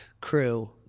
crew